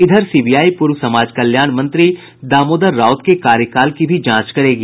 इधर सीबीआई पूर्व समाज कल्याण मंत्री दामोदर राउत के कार्यकाल की भी जांच करेगी